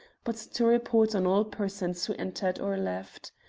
but to report on all persons who entered or left.